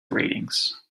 ratings